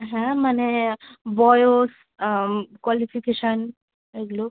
হ্যাঁ মানে বয়স কোয়ালিফিকেশান এগুলো